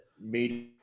media